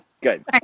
Good